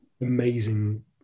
amazing